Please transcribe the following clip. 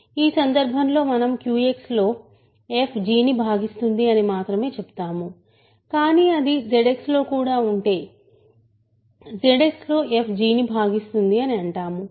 ఈ సందర్భంలో మనం QX లో f g ని భాగిస్తుంది అని మాత్రమే చెప్తాము కానీ అది ZX లోకూడా ఉంటే ZX లో f g ను భాగిస్తుంది అని అంటాము